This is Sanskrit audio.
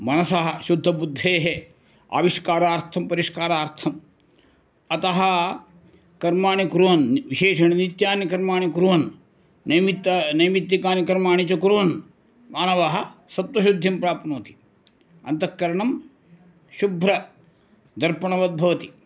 मनसः शुद्धबुद्धेः आविष्कारार्थं परिष्कारार्थम् अतः कर्माणि कुर्वन् विशेषेण नित्यानि कर्माणि कुर्वन् नैमित्तिकं नैमित्तिकानि कर्माणि च कुर्वन् मानवः सत्त्वशुद्धिं प्राप्नोति अन्तःकरणं शुभ्रदर्पणवद्भवति